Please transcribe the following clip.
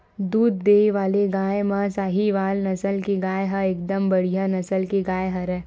दूद देय वाले गाय म सहीवाल नसल के गाय ह एकदम बड़िहा नसल के गाय हरय